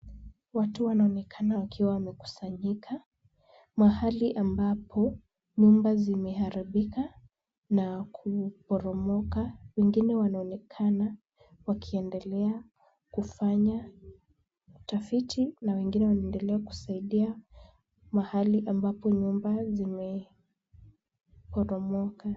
Watu wanaonekana wakiwa wamekusanyika mahali ambapo nyumba zimeharibika na kuporomoka. Wengine wanaonekana wakiendelea kufanya utafiti na wengine wanaendelea kusaidia mahali ambapo nyumba zimeporomoka.